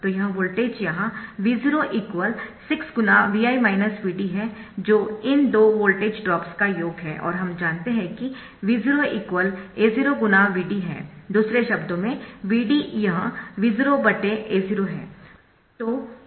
तो यह वोल्टेज यहाँ V0 6 × Vi Vd है जो इन दो वोल्टेज ड्रॉप्स का योग है और हम जानते है कि V0 A0 Vd है दूसरे शब्दों में Vd यह V 0A0 है